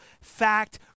fact